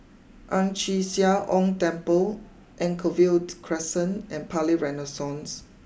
Ang Chee Sia Ong Temple Anchorvale Crescent and Palais Renaissance